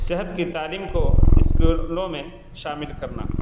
صحت کی تعلیم کو اسکولوں میں شامل کرنا